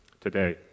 today